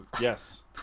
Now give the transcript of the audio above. yes